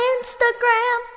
Instagram